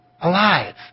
Alive